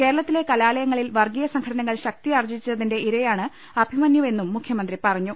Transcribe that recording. കേരളത്തിലെ കലാലയങ്ങളിൽ വർഗ്ഗീയ സംഘടനകൾ ശക്തിയാർജ്ജിച്ചതിന്റെ ഇരയാണ് അഭിമന്യുവെന്നും മുഖ്യമന്ത്രി പറഞ്ഞു